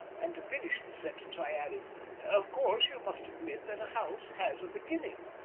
and to finish the sentence i added of course, you must admit that a house had a beginning?